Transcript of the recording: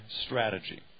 strategy